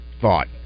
thought